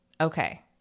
Okay